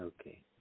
Okay